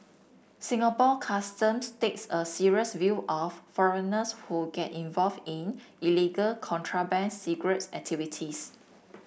Singapore Customs takes a serious view of foreigners who get involve in illegal contraband cigarette activities